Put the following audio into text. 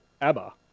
Abba